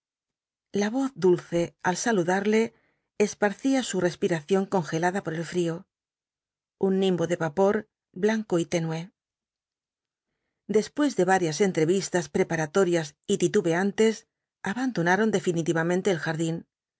la voz dulce al saludarle esparcía su respiración congelada ipor el frío un nimbo de vapor blanco y tenue después bliasoo ibanbz de varias entrevistas preparatorias y titubeantes abandonaron definitivamente el jardín